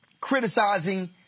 criticizing